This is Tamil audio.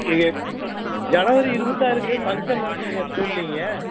இங்கே ஜனவரி இருபத்தாருக்கு ஃபங்க்ஷன் நடக்குதுங்க ஸ்கூலிங்க